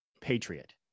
patriot